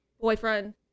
boyfriend